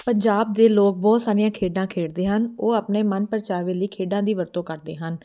ਪੰਜਾਬ ਦੇ ਲੋਕ ਬਹੁਤ ਸਾਰੀਆਂ ਖੇਡਾਂ ਖੇਡਦੇ ਹਨ ਉਹ ਆਪਣੇ ਮਨ ਪਰਚਾਵੇ ਲਈ ਖੇਡਾਂ ਦੀ ਵਰਤੋਂ ਕਰਦੇ ਹਨ